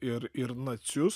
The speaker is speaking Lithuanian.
ir ir nacius